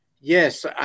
Yes